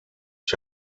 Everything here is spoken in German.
ich